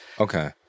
Okay